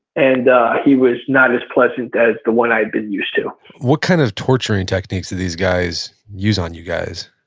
and he was not as pleasant as the one i'd been used to what kind of torturing techniques did these guys use on you guys?